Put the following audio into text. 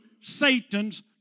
Satan's